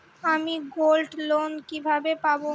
আমি গোল্ডলোন কিভাবে পাব?